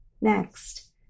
Next